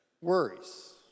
worries